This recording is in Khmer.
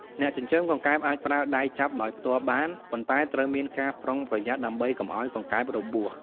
អ្នកចិញ្ចឹមកង្កែបអាចប្រើដៃចាប់ដោយផ្ទាល់បាន ប៉ុន្តែត្រូវមានការប្រុងប្រយ័ត្នដើម្បីកុំឲ្យកង្កែបរបួស។